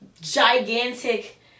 gigantic